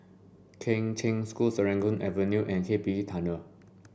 Kheng Cheng School Serangoon Avenue and K P E Tunnel